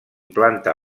planta